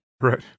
Right